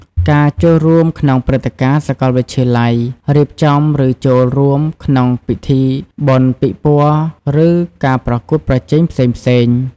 ការចូលរួមក្នុងព្រឹត្តិការណ៍សាកលវិទ្យាល័យ: រៀបចំ ឬចូលរួមក្នុងពិធីបុណ្យ ពិព័រណ៍ ឬការប្រកួតប្រជែងផ្សេងៗ។